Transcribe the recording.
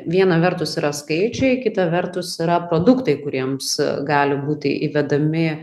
viena vertus yra skaičiai kita vertus yra produktai kuriems gali būti įvedami